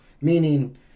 meaning